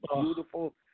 beautiful